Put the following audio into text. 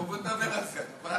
בואי נדבר על זה, אני